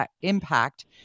impact